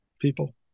people